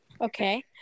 okay